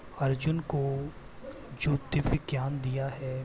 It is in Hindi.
अर्जुन को जो दिव्य ज्ञान दिया है